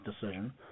decision